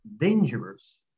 dangerous